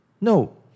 No